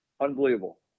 unbelievable